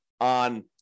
on